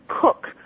cook